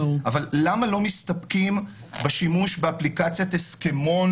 אבל למה לא מסתפקים בשימוש באפליקציית הסכמון